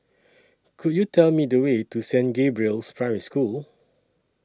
Could YOU Tell Me The Way to Saint Gabriel's Primary School